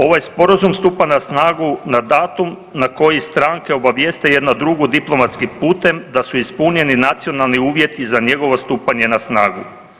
Ovaj Sporazum stupa na snagu na datum na koji stranke obavijeste jedna drugu diplomatskim putem da su ispunjeni nacionalni uvjeti za njegovo stupanje na snagu.